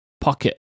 pocket